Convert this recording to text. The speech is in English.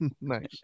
Nice